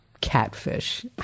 catfish